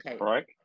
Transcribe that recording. right